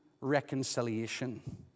reconciliation